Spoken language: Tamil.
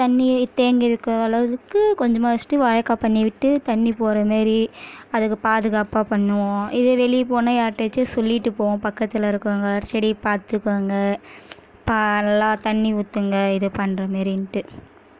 தண்ணிரே தேங்கி இருக்கிற அளவுக்கு கொஞ்சமாக வச்சிட்டு வாய்க்கா பண்ணிவிட்டு தண்ணி போகிற மாரி அதுக்கு பாதுகாப்பாக பண்ணுவோம் இதே வெளியே போனால் யாருகிட்டயாச்சு சொல்லிவிட்டு போவோம் பக்கத்தில் இருக்கவங்க செடியை பார்த்துக்கோங்க பா நல்லா தண்ணி ஊற்றுங்க இது பண்ணுற மாரின்ட்டு